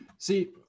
See